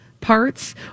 parts